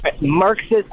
Marxist